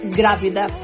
grávida